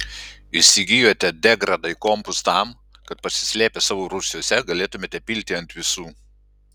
įsigijote degradai kompus tam kad pasislėpę savo rūsiuose galėtumėte pilti ant visų